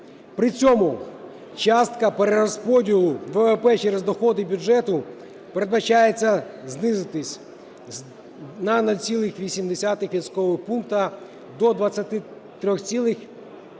При цьому частка перерозподілу ВВП через доходи бюджету передбачається знизитись на 0,8 відсоткового пункту – до 23,5